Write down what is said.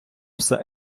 все